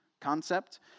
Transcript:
concept